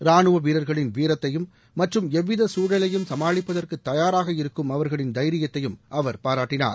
ராணுவ வீரர்களின் வீரத்தையும் மற்றும் எவ்வித சூழலையும் சமாளிப்பதற்கு தயாராக இருக்கும் அவர்களின் தைரியத்தை அவர் பாராட்டினார்